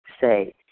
say